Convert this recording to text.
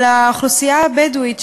אבל האוכלוסייה הבדואית,